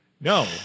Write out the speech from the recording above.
No